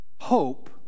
hope